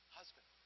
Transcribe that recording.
husband